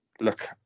look